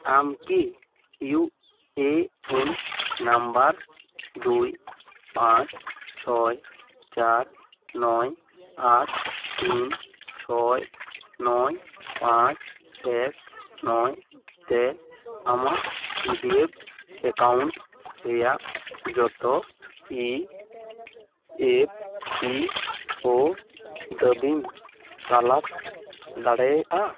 ᱟᱢᱠᱤ U A N number ᱫᱩᱭ ᱯᱟᱸᱪ ᱪᱷᱚᱭ ᱪᱟᱨ ᱱᱚᱭ ᱟᱴ ᱛᱤᱱ ᱪᱷᱚᱭ ᱱᱚᱭ ᱯᱟᱸᱪ ᱮᱠ ᱱᱚᱭ ᱛᱮ ᱟᱢᱟᱜ ᱯᱤ ᱰᱤ ᱮᱯᱷ ᱮᱠᱟᱣᱩᱱᱴ ᱨᱮᱱᱟᱜ ᱡᱷᱚᱛᱚ ᱤ ᱮᱯᱷ ᱯᱤ ᱳ ᱫᱟᱹᱵᱤᱢ ᱛᱚᱞᱟᱥ ᱫᱟᱲᱮᱭᱟᱜᱼᱟ